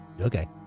okay